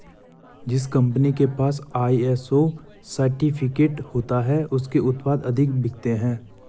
जिस कंपनी के पास आई.एस.ओ सर्टिफिकेट होता है उसके उत्पाद अधिक बिकते हैं